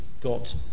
got